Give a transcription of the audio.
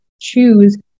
choose